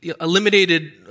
eliminated